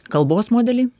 kalbos modeliai